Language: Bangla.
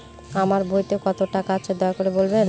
আমার বইতে কত টাকা আছে দয়া করে বলবেন?